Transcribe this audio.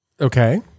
Okay